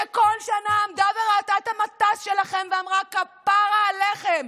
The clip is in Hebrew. שכל שנה עמדה וראתה את המטס שלכם ואמרה: כפרה עליכם,